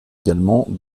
également